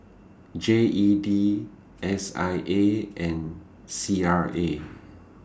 G E D S I A and C R A